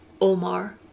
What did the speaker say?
Omar